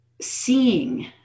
seeing